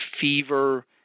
fever